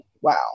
Wow